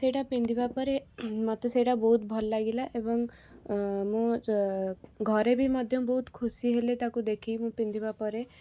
ସେଇଟା ପିନ୍ଧିବା ପରେ ମୋତେ ସେଇଟା ବହୁତ ଭଲ ଲାଗିଲା ଏବଂ ମୁଁ ଘରେ ବି ମଧ୍ୟ ବହୁତ ଖୁସି ହେଲେ ତାକୁ ଦେଖିକି ମୁଁ ପିନ୍ଧିବା ପରେ